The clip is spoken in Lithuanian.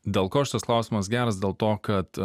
dėl ko šitas klausimas geras dėl to kad